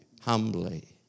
Humbly